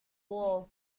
wall